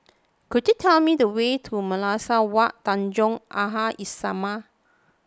could you tell me the way to Madrasah Wak Tanjong Aha islamiah